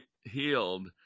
healed